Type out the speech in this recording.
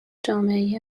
جامعه